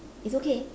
it's okay